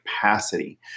capacity